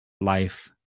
life